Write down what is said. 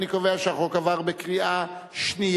אני קובע שהצעת החוק עברה בקריאה שנייה.